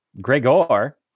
Gregor